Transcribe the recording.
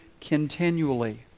continually